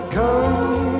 come